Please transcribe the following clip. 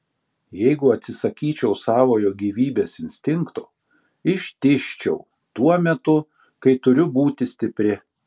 jeigu atsisakyčiau savojo gyvybės instinkto ištižčiau tuo metu kai turiu būti stipri